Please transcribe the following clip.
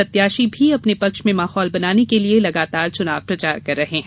प्रत्याशी भी अपने पक्ष में माहौल बनाने के लिए लगातार चुनाव प्रचार कर रहे हैं